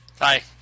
Hi